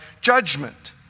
judgment